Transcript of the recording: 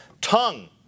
tongue